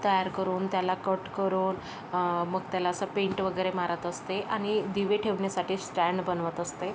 तयार करून त्याला कट करून मग त्याला असं पेंट वगैरे मारत असते आणि दिवे ठेवण्यासाठी स्टॅण बनवत असते